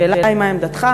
השאלה היא מה עמדתך,